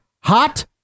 Hot